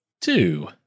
two